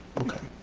okay.